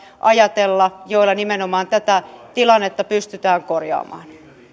ajatella että tulevaisuudessa niillä nimenomaan tätä tilannetta pystytään korjaamaan